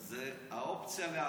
זה האופציה לעשייה.